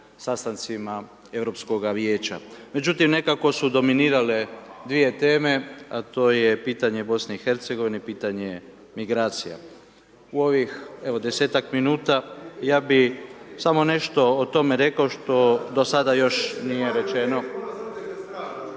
sastancima Europskoga vijeća. Međutim, nekako su dominirale dvije teme, a to je pitanje BiH i pitanje migracija. U ovih evo 10-tak minuta ja bih samo nešto o tome rekao što do sada još nije rečeno.